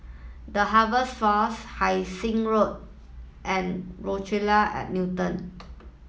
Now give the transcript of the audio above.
The Harvest Force Hai Sing Road and Rochelle at Newton